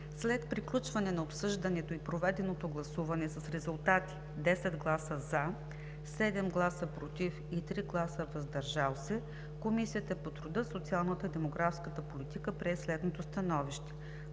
След приключване на обсъждането и проведеното гласуване с резултати: 10 гласа „за“, 7 гласа „против“ и 3 гласа „въздържал се“ Комисията по труда, социалната и демографската политика прие следното становище: